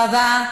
תודה רבה.